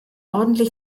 ordentlich